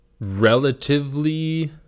relatively